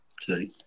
Sorry